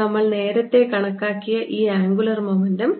നമ്മൾ നേരത്തെ കണക്കാക്കിയ ഈ ആംഗുലർ മൊമെന്റം